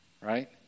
right